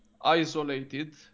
isolated